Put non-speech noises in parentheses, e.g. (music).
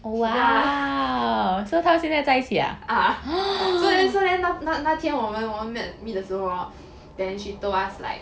yeah (laughs) uh so then 那天我们 met meet 的时候 hor then she told us like